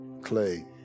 clay